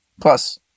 Plus